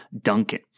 Duncan